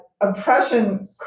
oppression